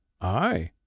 I